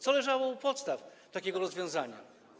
Co leżało u podstaw takiego rozwiązania?